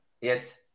Yes